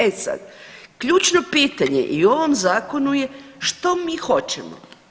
E sad, ključno pitanje i u ovom zakonu je što mi hoćemo?